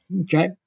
Okay